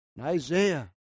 Isaiah